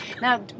Now